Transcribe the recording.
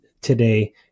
today